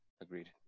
agreed